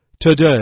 Today